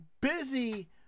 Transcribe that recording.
busy